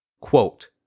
Quote